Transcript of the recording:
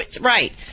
Right